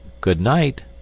Good-night